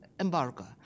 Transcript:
embargo